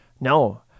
No